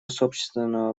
собственного